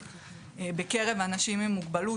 שבקרב אנשים עם מוגבלות,